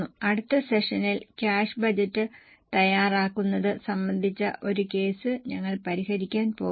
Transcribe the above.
അടുത്ത സെഷനിൽ cash budget തയ്യാറാക്കുന്നത് സംബന്ധിച്ച ഒരു കേസ് ഞങ്ങൾ പരിഹരിക്കാൻ പോകുന്നു